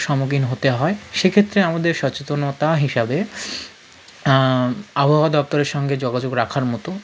সম্মুখীন হতে হয় সেক্ষেত্রে আমাদের সচেতনতা হিসাবে আবহাওয়া দপ্তরের সঙ্গে যোগাযোগ রাখার মতো